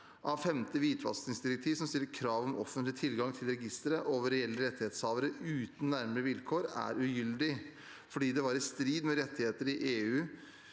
femte hvitvaskingsdirektiv som stiller krav om offentlig tilgang til registeret over reelle rettighetshavere uten nærmere vilkår, er ugyldig, fordi det var i strid med rettigheter i